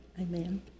amen